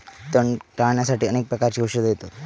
तण टाळ्याण्यासाठी अनेक प्रकारची औषधा येतत